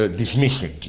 ah dismissing it.